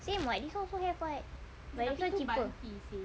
same [what] this [one] also have [what] but this [one] cheaper